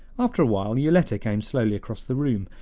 after a while yoletta came slowly across the room,